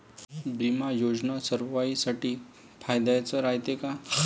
बिमा योजना सर्वाईसाठी फायद्याचं रायते का?